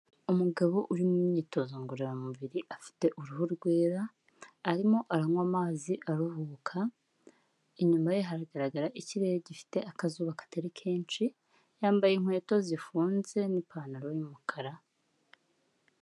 Umugabo uri mu myitozo ngororamubiri, afite uruhu rwera, arimo aranywa amazi aruhuka, inyuma ye haragaragara ikirere gifite akazuba katari kenshi, yambaye inkweto zifunze n'ipantaro y'umukara.